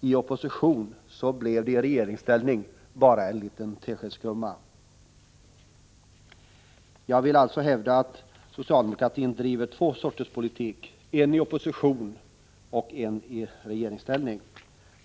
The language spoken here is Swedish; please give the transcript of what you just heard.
i opposition blev det i regeringsställning bara en liten ”teskedsgumma”. Jag hävdar alltså att socialdemokratin driver två sorters politik, en i opposition och en i regeringsställning.